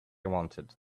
wanted